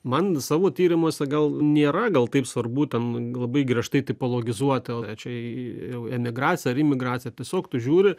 man savo tyrimuose gal nėra gal taip svarbu ten labai griežtai tipologizuot o čia jau emigracija ar imigracija tiesiog tu žiūri